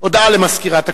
הודעה למזכירת הכנסת.